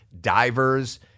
divers